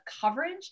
coverage